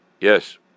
Yes